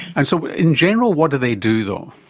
and so in general what do they do though?